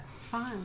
Fine